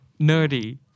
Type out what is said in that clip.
nerdy